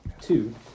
two